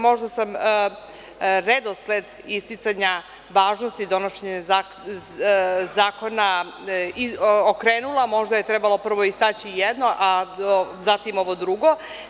Možda sam redosled isticanja važnosti donošenja zakona okrenula, možda je prvo trebalo istaći jedno, a zatim ovo drugo.